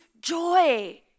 joy